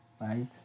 right